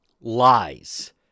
lies